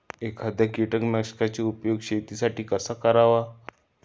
एखाद्या कीटकनाशकांचा उपयोग शेतीसाठी कसा करावा?